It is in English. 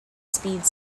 speed